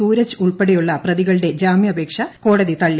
സൂരജ് ഉൾപ്പെടെയുള്ള പ്രതികളുടെ ജാമ്യാപേക്ഷ കോടതി തള്ളി